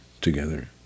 together